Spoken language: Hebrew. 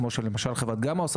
כמו שחברת גמא עושה,